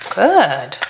good